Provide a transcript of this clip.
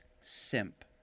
simp